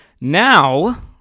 Now